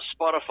Spotify